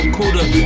Cooler